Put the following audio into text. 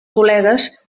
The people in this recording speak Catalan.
col·legues